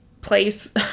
place